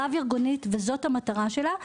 רב ארגונית וזו המטרה שלה,